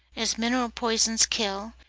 as mineral poisons kill,